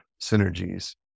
synergies